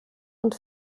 und